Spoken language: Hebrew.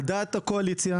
על דעת הקואליציה,